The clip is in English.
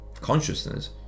consciousness